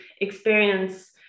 experience